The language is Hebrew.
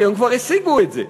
כי הם כבר השיגו את זה.